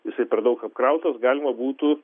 jisai per daug apkrautas galima būtų